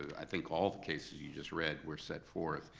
i think all cases you just read were set forth.